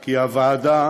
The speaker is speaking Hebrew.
כי הוועדה